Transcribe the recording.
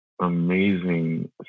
amazing